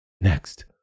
Next